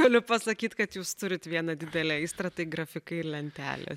galiu pasakyt kad jūs turit vieną didelę aistrą tai grafikai ir lentelės